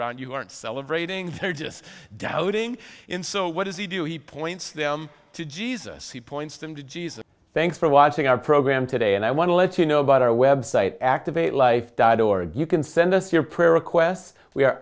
around you who aren't celebrating they're just doubting in so what does he do he points them to jesus he points them to jesus thanks for watching our program today and i want to let you know about our web site activate life dot org you can send us your prayer requests we